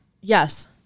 Yes